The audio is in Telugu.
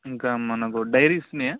ఇంకా మనకు డైరీస్ ఉన్నాయా